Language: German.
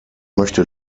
möchte